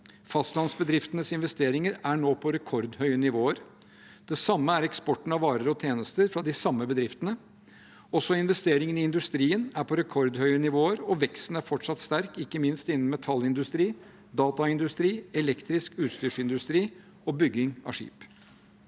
Fastlandsbedriftenes investeringer er nå på rekordhøye nivåer. Det samme er eksporten av varer og tjenester fra de samme bedriftene. Også investeringene i industrien er på rekordhøye nivåer, og veksten er fortsatt sterk, ikke minst innen metallindustri, dataindustri, elektrisk utstyrsindustri og bygging av skip.